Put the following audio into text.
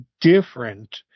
different